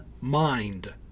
mind